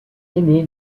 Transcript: aîné